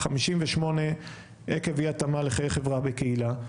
58 עקב אי התאמה לחיי חברה בקהילה,